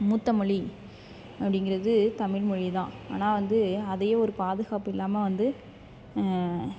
மூத்த மொழி அப்டிங்கிறது தமிழ் மொழிதான் ஆனால் வந்து அதையே ஒரு பாதுகாப்பில்லாமல் வந்து